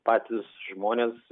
patys žmonės